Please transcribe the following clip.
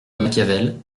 machiavel